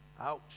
Ouch